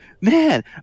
man